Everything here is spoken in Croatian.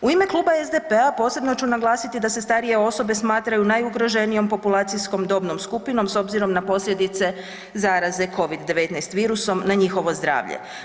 U ime Kluba SDP-a posebno ću naglasiti da se starije osobe smatraju najugroženijom populacijskom dobnom skupinom s obzirom na posljedice zaraze Covid-19 virusom na njihovo zdravlje.